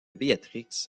béatrix